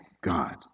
God